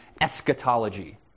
eschatology